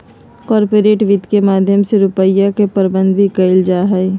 corporate वित्त के माध्यम से रुपिया के प्रबन्धन भी कइल जाहई